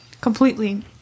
completely